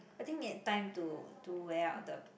I think need time to to wear out the